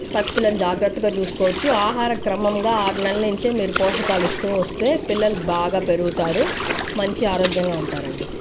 పసిపిల్లలు జాగ్రత్తగా చూసుకోవచ్చు ఆహార క్రమంగా ఆరు నెలల నుంచి మీరు పోషకాలు ఇస్తూ వస్తే పిల్లలు బాగా పెరుగుతారు మంచి ఆరోగ్యంగా ఉంటారండి